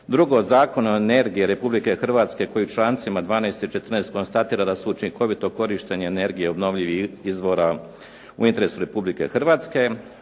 drugo Zakona o energiji Republike Hrvatske koji člancima 12. i 14. konstatira da su učinkovito korištenje energije obnovljivih izvora u interesu Republike Hrvatske,